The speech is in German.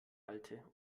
alte